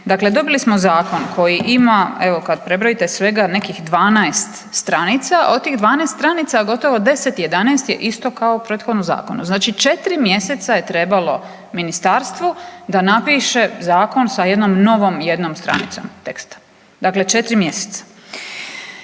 Dakle, dobili smo zakon koji ima evo kad prebrojite svega nekih 12 stranica, od tih 12 stranica gotovo 10, 11 isto kao u prethodnom zakonu. Znači četiri mjeseca je trebalo ministarstvu da napiše zakon sa jednom novom jednom stranicom teksta, dakle četiri mjeseca.